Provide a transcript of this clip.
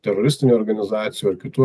teroristinių organizacijų ar kitų